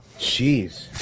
Jeez